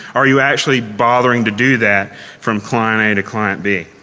are you actually bothering to do that from client a to client b?